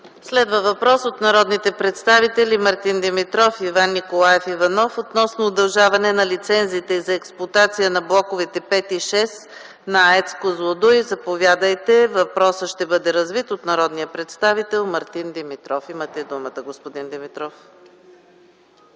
Следва въпрос от народните представители Мартин Димитров и Иван Николаев Иванов относно удължаване на лицензите за експлоатация на блоковете 5 и 6 от АЕЦ „Козлодуй”. Въпросът ще бъде развит от народния представител Мартин Димитров. Заповядайте. Имате думата, господин Димитров.